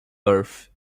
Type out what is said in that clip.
earth